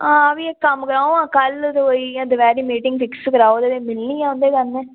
आं भी इक्क कम्म करो आं दपैह्रीं कोई मिटिंग फिक्स कराओ ते मिलनी आं उंदे कन्नै